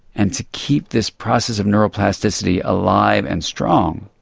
and to keep this process of neuroplasticity alive and strong,